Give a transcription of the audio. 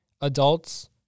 adults